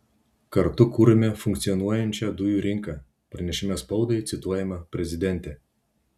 kartu kuriame funkcionuojančią dujų rinką pranešime spaudai cituojama prezidentė